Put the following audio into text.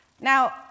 Now